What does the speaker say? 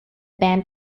band